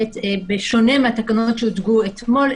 בשונה מהתקנות שהוצגו אתמול,